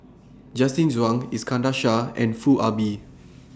Justin Zhuang Iskandar Shah and Foo Ah Bee